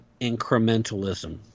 incrementalism